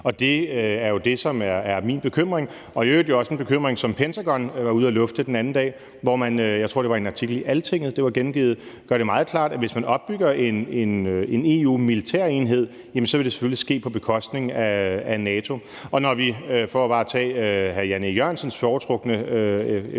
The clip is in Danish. Og det er jo det, som er min bekymring. Det er i øvrigt også en bekymring, som Pentagon var ude at lufte den anden dag, hvor de, jeg tror, det var i en artikel i Altinget, det var gengivet, gør det meget klart, at hvis man opbygger en EU-militærenhed, vil det selvfølgelig ske på bekostning af NATO. Når man har Emmanuel Macron, for at tage hr. Jan E. Jørgensens foretrukne